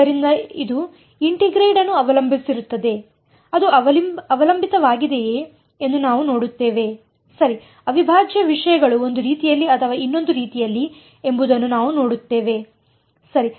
ಆದ್ದರಿಂದ ಇದು ಇಂಟಿಗ್ರಾಂಡ್ ಅನ್ನು ಅವಲಂಬಿಸಿರುತ್ತದೆ ಅದು ಅವಲಂಬಿತವಾಗಿದೆಯೆ ಎಂದು ನಾವು ನೋಡುತ್ತೇವೆ ಸರಿ ಅವಿಭಾಜ್ಯ ವಿಷಯಗಳು ಒಂದು ರೀತಿಯಲ್ಲಿ ಅಥವಾ ಇನ್ನೊಂದು ರೀತಿಯಲ್ಲಿ ಎಂಬುದನ್ನು ನಾವು ನೋಡುತ್ತೇವೆ ಸರಿ